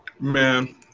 Man